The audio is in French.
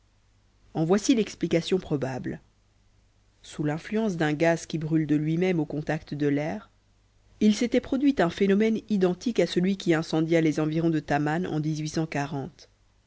en voici l'explication probable sous l'influence d'un gaz qui brûle de lui-même au contact de l'air il s'était produit un phénomène identique à celui qui incendia les environs de taman en